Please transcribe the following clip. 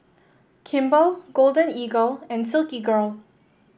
Kimball Golden Eagle and Silkygirl